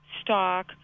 stock